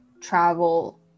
travel